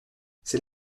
c’est